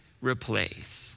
replace